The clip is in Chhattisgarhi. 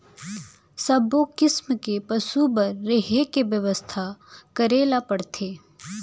सब्बो किसम के पसु बर रहें के बेवस्था करे ल परथे